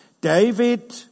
David